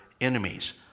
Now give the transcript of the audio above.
enemies